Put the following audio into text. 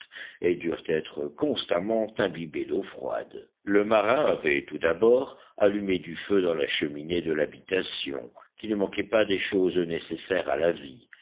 et durent être constamment imbibées d'eau froide le marin avait tout d'abord allumé du feu dans la cheminée de l'habitation qui ne manquait pas des choses nécessaires à la vie